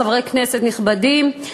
חברי כנסת נכבדים,